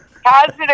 Positive